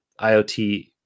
IOT